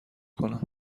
کنم